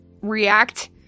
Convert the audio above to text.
react